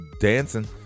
dancing